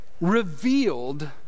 revealed